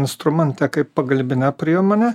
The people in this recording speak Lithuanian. instrumentą kaip pagalbinę priemonę